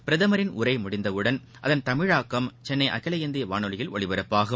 பிரதமின் உரை முடிந்தவுடன் அதன் தமிழாக்கம் சென்னை அகில இந்திய வானொலியில் ஒலிபரப்பாகும்